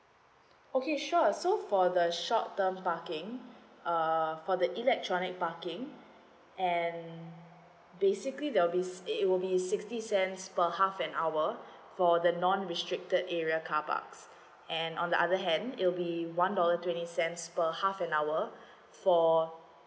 okay sure so for the short term parking uh for the electronic parking and basically there'll be it will be sixty cents per half an hour for the non restricted area carparks and on the other hand it'll be one dollar twenty cents per half an hour for